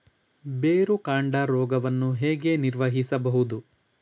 ಬೇರುಕಾಂಡ ರೋಗವನ್ನು ಹೇಗೆ ನಿರ್ವಹಿಸಬಹುದು?